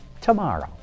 tomorrow